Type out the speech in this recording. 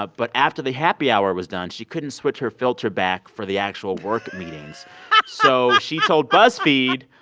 ah but after the happy hour was done, she couldn't switch her filter back for the actual work meetings so she told buzzfeed,